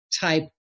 type